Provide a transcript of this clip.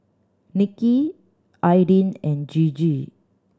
Nicky Aydin and Gigi